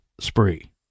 spree